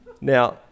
now